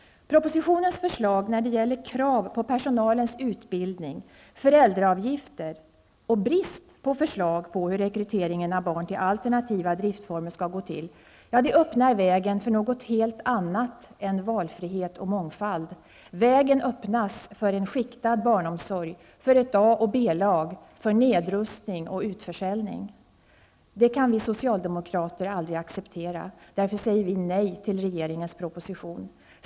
Propositionens förslag när det gäller krav på personalens utbildning, föräldraavgifter -- och brist på förslag om hur rekryteringen av barn till alternativa driftformer skall gå till -- öppnar vägen för något helt annat än valfrihet och mångfald. Vägen öppnas för en skiktad barnomsorg, för ett A och ett B-lag, för nedrustning och utförsäljning. Detta kan vi socialdemokrater aldrig acceptera. Därför säger vi nej till regeringens proposition.